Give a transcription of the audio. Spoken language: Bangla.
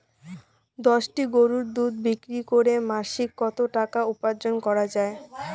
দশটি গরুর দুধ বিক্রি করে মাসিক কত টাকা উপার্জন করা য়ায়?